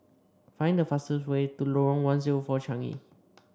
find the fastest way to Lorong one zero four Changi